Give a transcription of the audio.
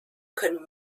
können